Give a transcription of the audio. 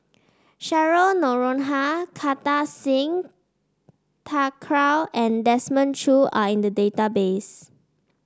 Cheryl Noronha Kartar Singh Thakral and Desmond Choo are in the database